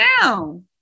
down